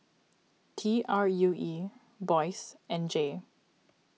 T R U E Boyce and Jay